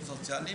סוציאליים.